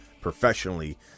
professionally